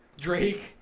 Drake